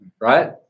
Right